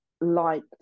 liked